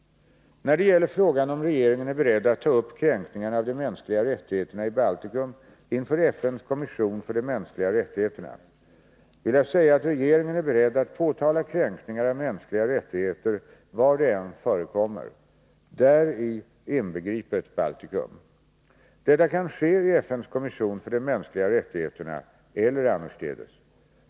När det gäller frågan om regeringen är beredd att ta upp kränkningarna av de mänskliga rättigheterna i Baltikum inför FN:s kommission för de mänskliga rättigheterna vill jag säga att regeringen är beredd att påtala kränkningar av mänskliga rättigheter var de än förekommer, däri inbegripet Baltikum. Detta kan ske i FN:s kommission för de mänskliga rättigheterna eller annorstädes.